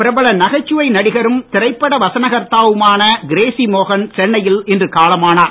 பிரபல நகைச்சுவை நடிகரும் திரைப்பட வசன கர்த்தாவுமான கிரேசி மோகன் சென்னையில் இன்று காலமானார்